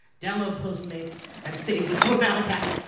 download postmates and save with code valleycast